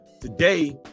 Today